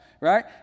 right